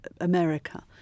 America